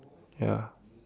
ya